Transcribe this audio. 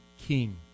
king